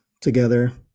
together